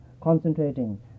concentrating